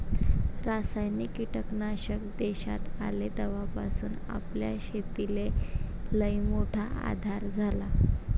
रासायनिक कीटकनाशक देशात आले तवापासून आपल्या शेतीले लईमोठा आधार झाला